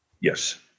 Yes